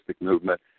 movement